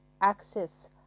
access